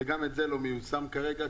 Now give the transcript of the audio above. וגם זה לא מיושם כרגע.